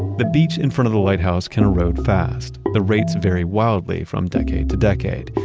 the beach in front of the lighthouse can erode fast. the rates vary wildly from decade to decade.